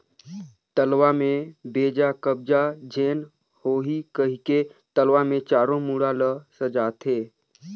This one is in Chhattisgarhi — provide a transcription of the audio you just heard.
तलवा में बेजा कब्जा झेन होहि कहिके तलवा मे चारों मुड़ा ल सजाथें